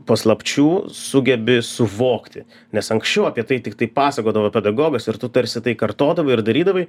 paslapčių sugebi suvokti nes anksčiau apie tai tiktai pasakodavo pedagogas ir tu tarsi tai kartodavai ir darydavai